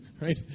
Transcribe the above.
right